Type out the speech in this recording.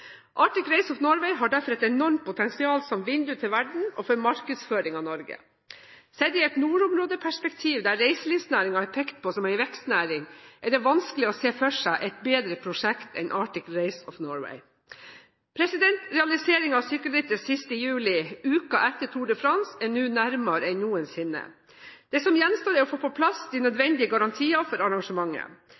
Race of Norway har derfor et enormt potensial som vindu til verden og for markedsføring av Norge. Sett i et nordområdeperspektiv, der reiselivsnæringen er pekt på som en vekstnæring, er det vanskelig å se for seg et bedre prosjekt enn Arctic Race of Norway. Realiseringen av sykkelrittet sist i juli, uken etter Tour de France, er nå nærmere enn noensinne. Det som gjenstår, er å få på plass de nødvendige garantier for arrangementet. Initiativtakerne har en samlet landsdel med på laget, og i